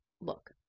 look